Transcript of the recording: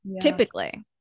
typically